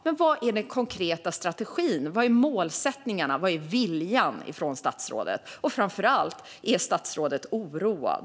Men var är den konkreta strategin, var är målsättningarna och var är viljan från statsrådet? Och framför allt: Är statsrådet oroad?